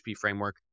framework